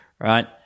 right